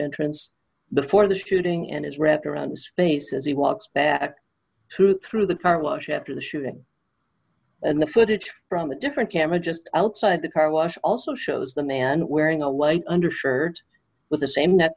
entrance before the shooting and is wrapped around his face as he walks back to through the car wash after the shooting and the footage from a different camera just outside the car wash also shows the man wearing a light under shirt with the same that